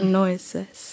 noises